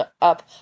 up